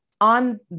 on